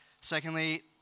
Secondly